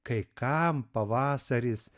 kai kam pavasaris